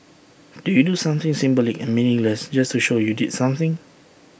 do you do something symbolic and meaningless just to show you did something